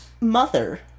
Mother